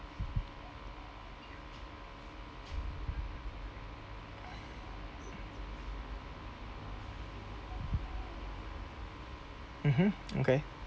mmhmm okay